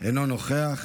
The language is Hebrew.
אינו נוכח.